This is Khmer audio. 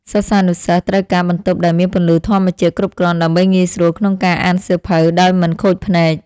សិស្សានុសិស្សត្រូវការបន្ទប់ដែលមានពន្លឺធម្មជាតិគ្រប់គ្រាន់ដើម្បីងាយស្រួលក្នុងការអានសៀវភៅដោយមិនខូចភ្នែក។